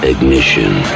Ignition